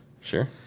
sure